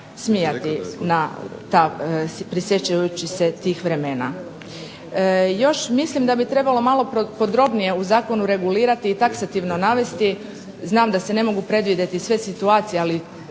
smijati prisjećajući se tih vremena. Još mislim da bi trebalo malo podrobnije u zakonu regulirati i taksativno navesti, znam da se ne mogu predvidjeti sve situacije ali